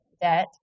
debt